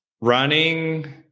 running